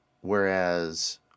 whereas